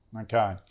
Okay